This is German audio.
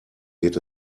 geht